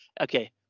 okay